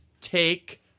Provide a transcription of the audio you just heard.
Take